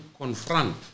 confront